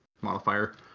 modifier